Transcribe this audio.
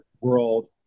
world